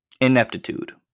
Ineptitude